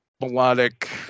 melodic